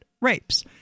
rapes